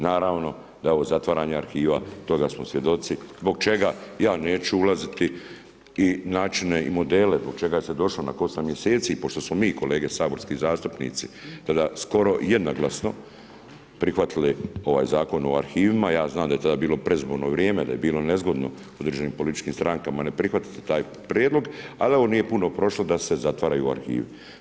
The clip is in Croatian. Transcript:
Naravno da je ovo zatvaranje arhiva, toga smo svjedoci, zbog čega ja neću ulaziti i načine i modele zbog čega se došlo nakon 8 mjeseci pošto smo mi kolege saborski zastupnici tada skoro jednoglasno prihvatili ovaj Zakon o arhivima, ja znam da je tada bili predizborno vrijeme, da je bilo nezgodno određenim političkim strankama ne prihvatiti taj prijedlog, ali evo, nije puno prošlo sa se zatvaraju arhivi.